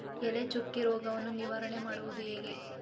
ಎಲೆ ಚುಕ್ಕಿ ರೋಗವನ್ನು ನಿವಾರಣೆ ಮಾಡುವುದು ಹೇಗೆ?